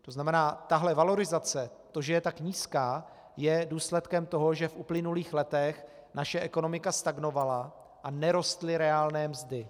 To znamená, tahle valorizace, to, že je tak nízká, je důsledkem toho, že v uplynulých letech naše ekonomika stagnovala a nerostly reálné mzdy.